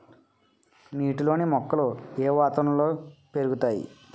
నీటిలోని మొక్కలు ఏ వాతావరణంలో పెరుగుతాయి?